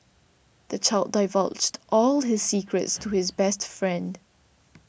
the child divulged all his secrets to his best friend